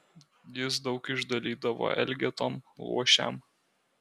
jis daug išdalydavo elgetom luošiam